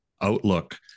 outlook